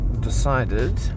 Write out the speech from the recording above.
decided